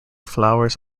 flowers